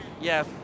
Yes